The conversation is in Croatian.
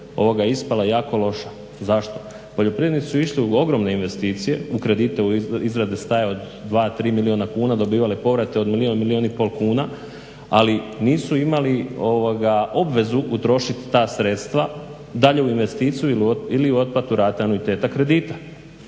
ovoga ispala je jako loša. Zašto? Poljoprivrednici su išli u ogromne investicije, u kredite u izrade staja od 2, 3 milijuna kuna, dobivale povrate od milijun, milijun i pol kuna, ali nisu imali obvezu utrošiti ta sredstva dalje u investiciju ili u otplatu rata anuiteta kredita,